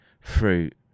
fruit